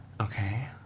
Okay